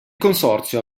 consorzio